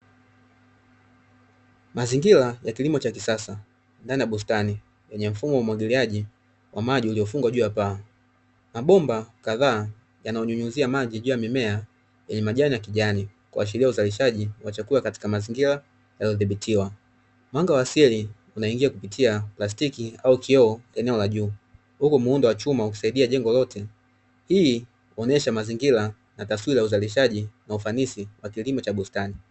Mazingira ya kilimo cha kisasa, ndani ya bustani kwenye mfumo wa umwagiliaji wa maji uliofungwa juu ya paa, mabomba kadhaa yanayonyunyizia maji juu ya mimea yenye majani ya kijani, kuashiria uzalishaji wa chakula katika mazingira yaliyodhibitiwa, mwanga wa asili unaingia kupitia plastiki au kioo eneo la juu, huku muundo wa chuma ukisaidia jengo lote. Hii huonesha mazingira na taswira ya uzalishaji na ufanisi wa kilimo cha bustani.